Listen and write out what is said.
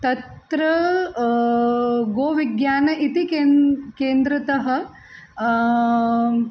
तत्र गोविज्ञानम् इति के केन्द्रतः